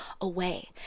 away